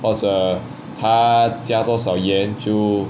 或者它加多少盐就